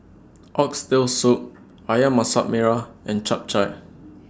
Oxtail Soup Ayam Masak Merah and Chap Chai